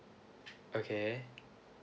okay